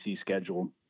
schedule